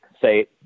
say